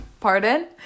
pardon